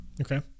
okay